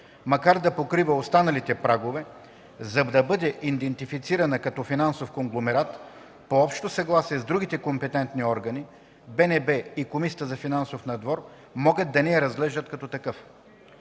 макар да покрива останалите прагове, за да бъде идентифицирана като финансов конгломерат, по общо съгласие с другите компетентни органи, Българската народна банка и Комисията за финансов надзор могат да не я разглеждат като такъв.